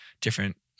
different